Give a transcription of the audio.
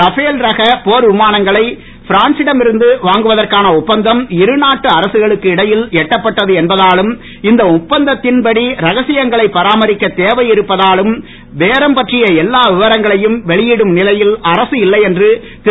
Rafale ரக போர் விமானங்களை பிரான்சிடம் இருந்து வாங்குவதற்கான ஒப்பந்தம் இரு நாட்டு அரசுகளுக்கிடையில் எட்டப்பட்டது என்பதாலும் இந்த ஒப்பந்தத்தின் படி ரகசியங்களை பராமரிக்க தேவையிருப்பதாலும் பேரம் பற்றிய எல்லா விவரங்களையும் வெளியிடும் நிலையில் அரசு இல்லை என்று திரு